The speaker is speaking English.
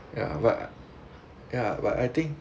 ya but ya but I think